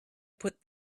put